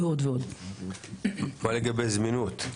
מה לגבי הזמינות?